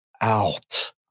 out